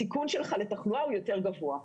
הסיכון שלך לתחלואה הוא יותר גבוה.